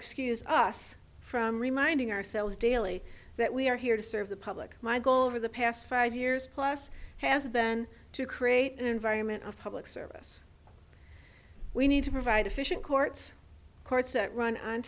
excuse us from reminding ourselves daily that we are here to serve the public my goal over the past five years plus has been to create an environment of public service we need to provide efficient courts courts that run on